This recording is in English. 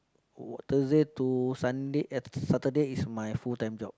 w~ Thursday to Sunday eh Saturday is my full time job